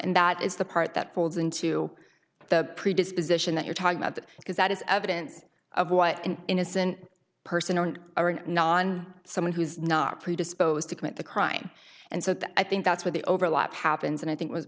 and that is the part that falls into the predisposition that you're talking about that because that is evidence of what an innocent person and non someone who's not predisposed to commit the crime and so i think that's where the overlap happens and i think